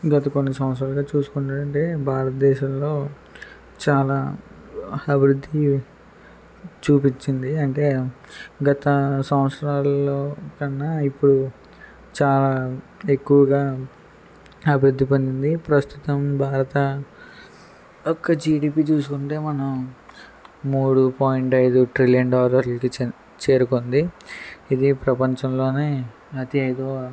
గత కొన్ని సంవత్సరాలుగా చూసుకుంటేండి భారతదేశంలో చాలా అభివృద్ధి చూపించింది అంటే గత సంవత్సరాలలో కన్నా ఇప్పుడు చాలా ఎక్కువగా అభివృద్ధి పొందింది ప్రస్తుతం భారత ఒక్క జిడిపి చూసుకుంటే మనం మూడు పాయింట్ ఐదు ట్రిలియన్ డాలర్లకి చేరుకుంది ఇది ప్రపంచంలోనే అతి ఎగువ